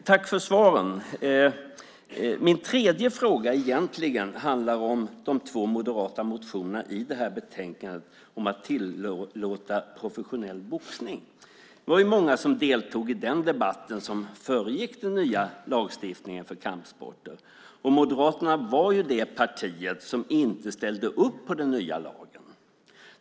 Tack för svaren. Min tredje fråga handlar om de två moderata motionerna i betänkandet om att tillåta professionell boxning. Många deltog i den debatten, som föregick den nya lagstiftningen för kampsporter. Moderaterna ställde inte upp på den nya lagen.